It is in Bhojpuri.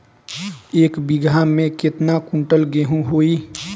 एक बीगहा में केतना कुंटल गेहूं होई?